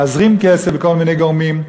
להזרים כסף לכל מיני גורמים,